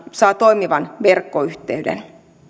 saa toimivan verkkoyhteyden